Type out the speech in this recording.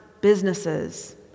businesses